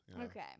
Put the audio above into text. Okay